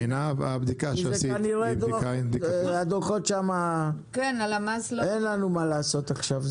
עינב הבדיקה שעשית היא בדיקה --- הדוחות שמה אין לנו מה לעשות עכשיו,